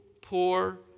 poor